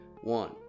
one